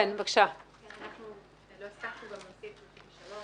לא הספקנו להעיר לגבי סעיף